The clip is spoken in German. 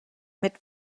mit